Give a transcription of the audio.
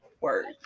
Words